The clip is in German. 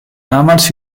damals